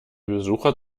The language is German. besucher